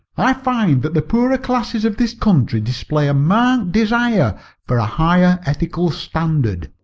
i find that the poorer classes of this country display a marked desire for a higher ethical standard.